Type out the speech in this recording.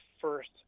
first